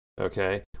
okay